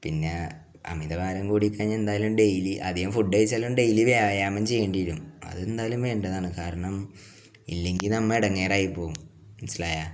പിന്നെ അമിത ഭാരം കൂടിക്കഴിഞ്ഞാൽ എന്തായാലും ഡെയിലി ആധികം ഫുഡ് കഴിച്ചാലും ഡെയിലി വ്യായാമം ചെയ്യേണ്ടി വരും അത് എന്തായാലും വേണ്ടതാണ് കാരണം ഇല്ലെങ്കിൽ നമ്മൾ ഇടങ്ങേറായി പോകും മനസ്സിലായോ